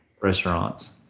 restaurants